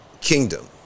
kingdom